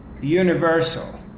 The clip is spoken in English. Universal